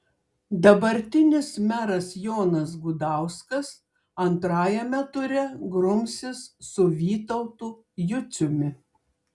dabartinis meras jonas gudauskas antrajame ture grumsis su vytautu juciumi